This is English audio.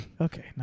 okay